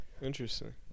Interesting